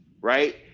right